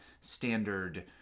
standard